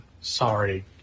sorry